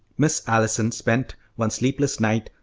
miss allison spent one sleepless night,